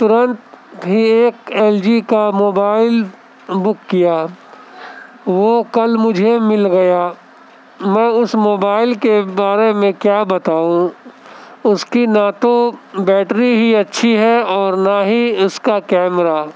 ترنت ہی ایک ایل جی کا موبائل بک کیا وہ کل مجھے مل گیا میں اس موبائل کے بارے میں کیا بتاؤں اس کی نہ تو بیٹری ہی اچھی ہے اور نہ ہی اس کا کیمرہ